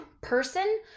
person